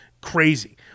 crazy